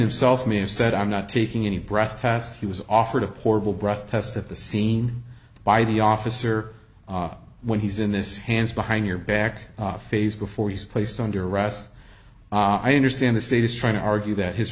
himself may have said i'm not taking any breath test he was offered a portable breath test at the scene by the officer when he's in this hands behind your back phase before he's placed under arrest i understand the state is trying to argue that his